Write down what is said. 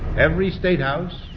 every state house,